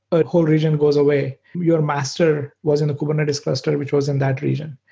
a whole region goes away. your master was in a kubernetes cluster which was in that region.